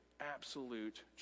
absolute